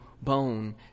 bone